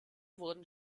wurden